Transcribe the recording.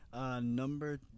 Number